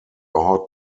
hot